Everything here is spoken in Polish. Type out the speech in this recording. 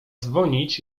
dzwonić